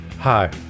Hi